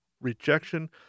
rejection